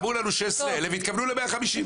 אמרו לנו 16,000 והתכוונו ל-150.